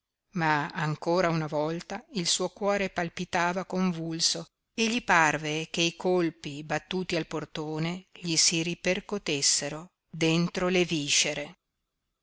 ma ancora una volta il suo cuore palpitava convulso e gli parve che i colpi battuti al portone gli si ripercotessero dentro le viscere